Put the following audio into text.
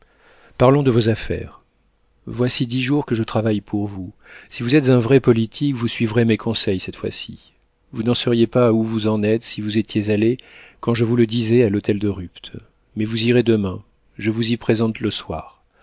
parlons de vos affaires voici dix jours que je travaille pour vous si vous êtes un vrai politique vous suivrez mes conseils cette fois-ci vous n'en seriez pas où vous en êtes si vous étiez allé quand je vous le disais à l'hôtel de rupt mais vous irez demain je vous y présente le soir